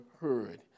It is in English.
heard